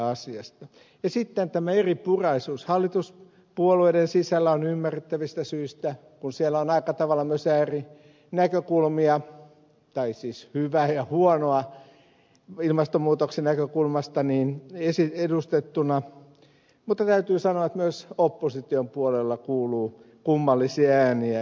sitten on tämä eripuraisuus hallituspuolueiden sisällä ymmärrettävistä syistä kun siellä on edustettuna aika tavalla myös äärinäkökulmia siis hyvää ja huonoa ilmastonmuutoksen näkökulmasta mutta täytyy sanoa että myös opposition puolella kuuluu kummallisia ääniä